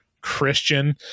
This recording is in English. christian